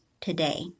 today